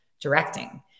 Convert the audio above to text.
directing